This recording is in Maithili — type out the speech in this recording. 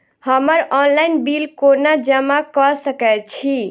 हम्मर ऑनलाइन बिल कोना जमा कऽ सकय छी?